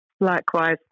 Likewise